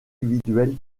individuelles